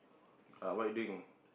ah what you doing